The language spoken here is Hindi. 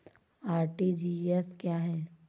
आर.टी.जी.एस क्या है?